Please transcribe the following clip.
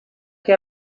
che